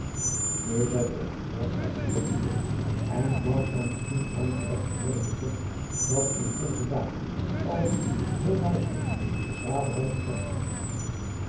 zette het gezelschap zijn togtje voort en kwam aan het toen aangelegd wordende dorp dat in onze dagen als het zoo lustrijk s graveland bekend staat